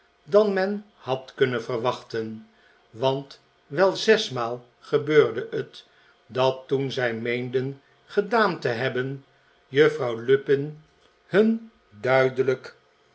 dan men had kunnen verwachten want wel zes maal gebeurde het dat toen zij meenden gedaan te hebben juffrouw lupin hun duidelijk